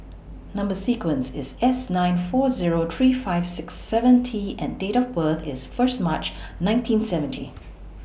Number sequence IS S nine four Zero three five six seven T and Date of birth IS First March nineteen seventy